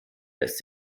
lässt